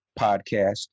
Podcast